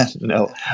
No